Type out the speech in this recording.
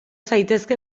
zaitezke